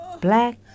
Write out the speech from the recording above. Black